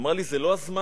היא אמרה לי: זה לא הזמן,